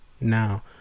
Now